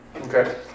Okay